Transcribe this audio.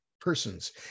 persons